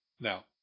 Now